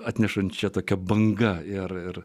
atnešančia tokia banga ir